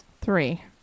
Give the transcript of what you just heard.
three